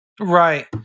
Right